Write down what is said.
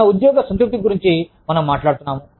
మన ఉద్యోగ సంతృప్తి గురించి మనం మాట్లాడుతున్నాము